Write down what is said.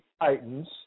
Titans